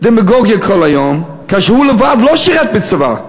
דמגוגיה כל היום, כשהוא לא שירת בצבא.